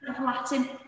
Latin